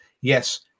yes